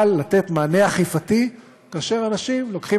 אבל לתת מענה אכיפתי כאשר אנשים לוקחים